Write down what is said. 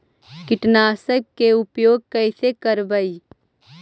कीटनाशक के उपयोग कैसे करबइ?